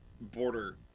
border –